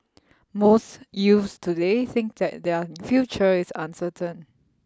most youths today think that their future is uncertain